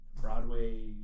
Broadway